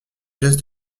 geste